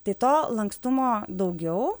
tai to lankstumo daugiau